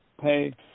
pay